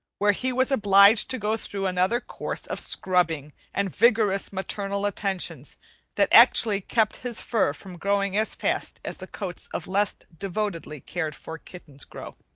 where he was obliged to go through another course of scrubbing and vigorous maternal attentions that actually kept his fur from growing as fast as the coats of less devotedly cared-for kittens grow.